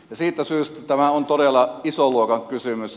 siitä syystä tämä on todella ison luokan kysymys